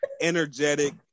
energetic